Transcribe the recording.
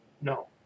No